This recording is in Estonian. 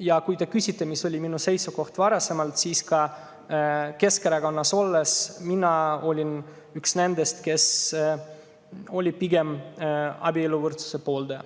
Ja kui te küsite, mis oli minu seisukoht varasemalt, siis ütlen, et ka Keskerakonnas olles mina olin üks nendest, kes oli pigem abieluvõrdsuse pooldaja.